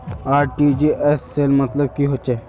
RTGS सेल मतलब की होचए?